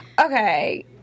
okay